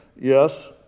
Yes